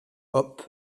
hop